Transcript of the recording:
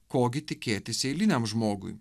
ko gi tikėtis eiliniam žmogui